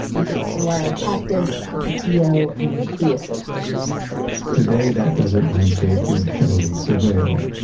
with its saguaro cactus, ocotillo, and creosote bushes today that desert landscape is heavily surveilled.